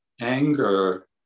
anger